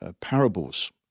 parables